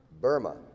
Burma